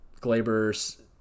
Glaber's